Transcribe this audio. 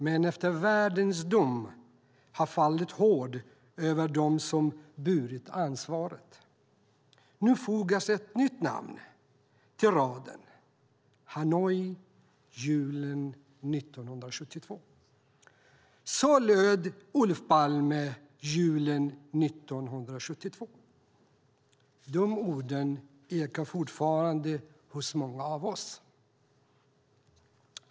Men eftervärldens dom har fallit hård över dem som burit ansvaret. Nu fogas ett nytt namn till raden: Hanoi, julen 1972. De orden ekar fortfarande hos många av oss.